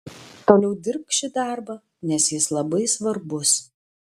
toliau dirbk šį darbą nes jis labai svarbus